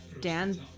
Dan